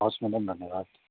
हवस् म्याडम धन्यवाद